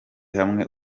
hamwe